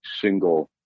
single